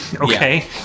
Okay